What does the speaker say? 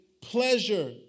pleasure